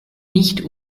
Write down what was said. nicht